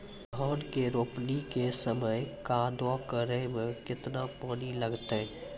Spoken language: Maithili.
धान के रोपणी के समय कदौ करै मे केतना पानी लागतै?